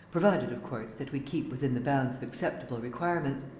provided, of course, that we keep within the bounds of acceptable requirements.